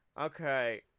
Okay